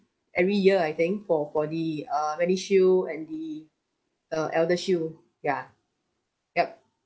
every year I think for for the err medishield and the uh eldershield ya yup